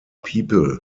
people